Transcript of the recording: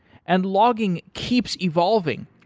and logging keeps evolving.